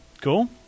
Cool